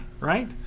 right